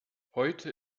heute